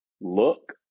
look